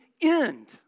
end